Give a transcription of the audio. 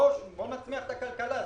בואו נצמיח את הכלכלה.